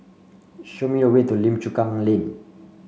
show me the way to Lim Chu Kang Lane